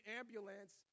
ambulance